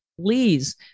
please